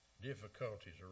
Difficulties